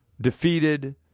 defeated